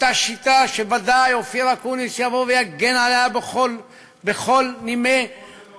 אותה שיטה שוודאי אופיר אקוניס יבוא ויגן עליה ככל יכולתו,